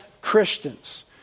Christians